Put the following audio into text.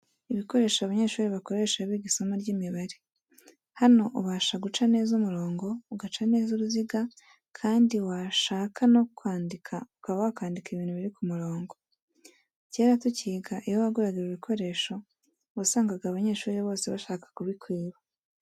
Ibikoresho abanyeshuri bakoresha biga isomo ry'imibare. Hano ubasha guca neza umurongo, ugaca neza uruziga kandi washaka no kwandika ukaba wakandika ibintu biri ku murongo. Kera tukiga iyo waguraga ibi bikoresho wasangana abanyeshuri bose bashaka kubikwiba.